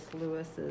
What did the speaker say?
Lewis's